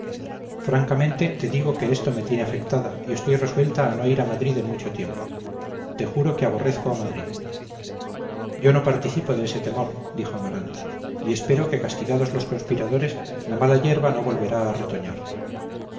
francamente te digo que esto me tiene afectada y estoy resuelta a no ir a madrid en mucho tiempo te juro que aborrezco a madrid yo no participo de ese temor dijo amaranta y espero que castigados los conspiradores la mala yerba no volverá a retoñar